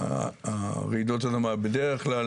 רעידות אדמה בדרך כלל